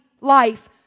life